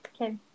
okay